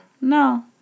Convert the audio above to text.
No